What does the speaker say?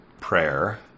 prayer